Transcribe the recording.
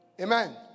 Amen